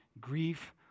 grief